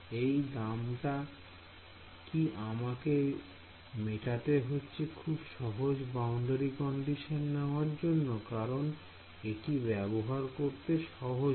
এই দামটা কি আমাকে মিটাতে হচ্ছে খুব সহজ বাউন্ডারি কন্ডিশন নেওয়ার জন্য কারণ এটি ব্যবহার করতে সহজ হয়